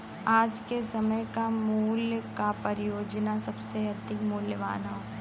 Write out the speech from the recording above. आज के समय क मूल्य क परियोजना सबसे अधिक मूल्यवान हौ